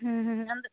ಹ್ಞೂ ಹ್ಞೂ ಅಂದು